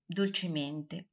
dolcemente